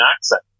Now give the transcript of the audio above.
accent